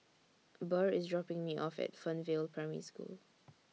Burr IS dropping Me off At Fernvale Primary School